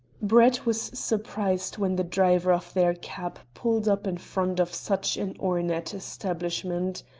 brett was surprised when the driver of their cab pulled up in front of such an ornate establishment.